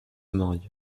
marier